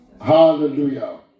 Hallelujah